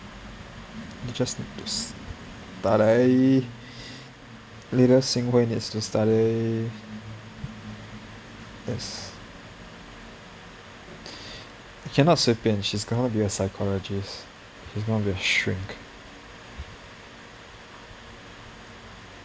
they just need to study little xin hui needs to study cannot 随便 she's gonna be a psychologist she's gonna be a shrink